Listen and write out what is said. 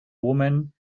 woman